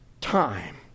time